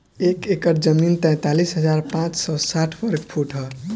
एक एकड़ जमीन तैंतालीस हजार पांच सौ साठ वर्ग फुट ह